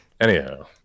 Anyhow